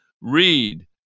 read